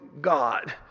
God